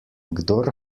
kdor